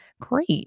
Great